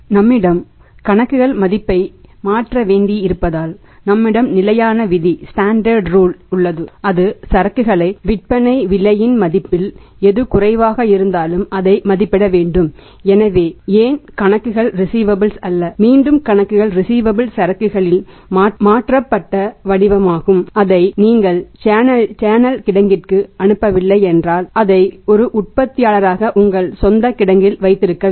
நம்மிடம் கணக்குகள் மதிப்பை மாற்ற வேண்டி இருப்பதால் நம்மிடம் நிலையான விதி சரக்குகளின் மாற்றப்பட்ட வடிவமாகும் அதை நீங்கள் சேனல் கிடங்கிற்கு அனுப்பவில்லை என்றால் அதை ஒரு உற்பத்தியாளராக உங்கள் சொந்த கிடங்கில் வைத்திருக்க வேண்டும்